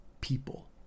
people